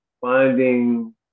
finding